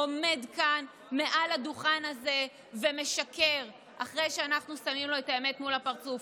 עומד כאן מעל הדוכן הזה ומשקר אחרי שאנחנו שמים לו את האמת מול הפרצוף.